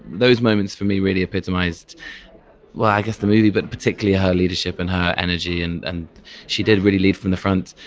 those moments for me really epitomized i guess the movie but particularly her leadership and her energy. and and she did really lead from the front.